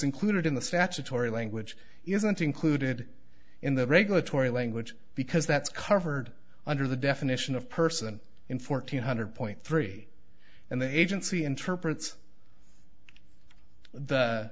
included in the statutory language isn't included in the regulatory language because that's covered under the definition of person in fourteen hundred point three and the agency interprets the